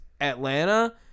Atlanta